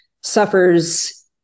suffers